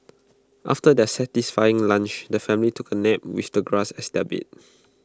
after their satisfying lunch the family took A nap with the grass as their bed